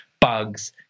bugs